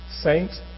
Saints